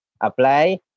apply